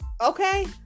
Okay